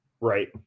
Right